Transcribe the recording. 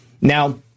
Now